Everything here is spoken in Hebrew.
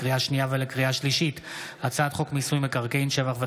לקריאה שנייה ולקריאה שלישית: הצעת חוק מיסוי מקרקעין (שבח ורכישה)